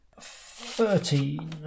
Thirteen